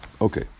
Okay